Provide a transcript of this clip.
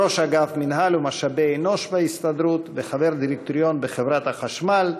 ראש אגף מינהל ומשאבי אנוש בהסתדרות וחבר דירקטוריון בחברת החשמל,